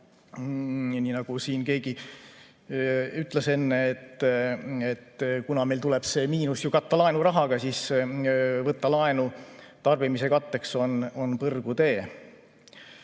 Ja nii nagu siin keegi enne ütles, et kui meil tuleb see miinus katta laenurahaga, siis võtta laenu tarbimise katteks on põrgutee.